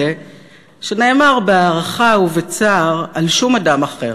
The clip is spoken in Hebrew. הזה שנאמר בהערכה ובצער על שום אדם אחר.